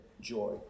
joy